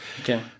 Okay